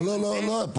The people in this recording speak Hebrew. לא, לא, לא.